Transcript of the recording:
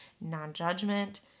Non-judgment